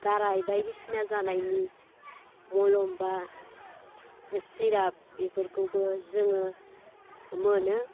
गाराय बायदिसिना जानायनि मलम बा सिराप बेफोरखौबो जोङो मोनो